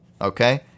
Okay